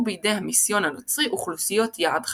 בפני המיסיון הנוצרי אוכלוסיות יעד חדשות.